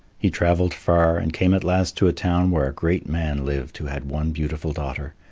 he travelled far, and came at last to a town where a great man lived who had one beautiful daughter.